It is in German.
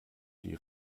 die